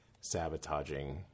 sabotaging